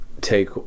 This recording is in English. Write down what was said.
take